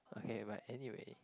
okay but anyway